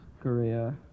Korea